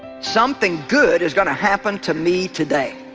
something good is going to happen to me today